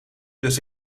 dus